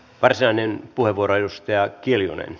varsinainen puheenvuoro edustaja kiljunen